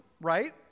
right